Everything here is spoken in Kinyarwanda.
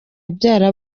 abyara